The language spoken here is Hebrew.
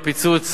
עם הפיצוץ,